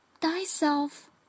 thyself